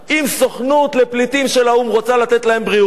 אם סוכנות לפליטים של האו"ם רוצה לתת להם בריאות,